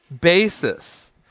Basis